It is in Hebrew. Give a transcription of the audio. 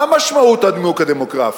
מה משמעות הנימוק הדמוגרפי?